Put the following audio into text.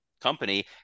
company